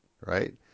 right